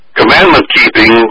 Commandment-keeping